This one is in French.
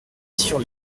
sur